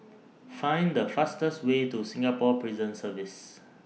Find The fastest Way to Singapore Prison Service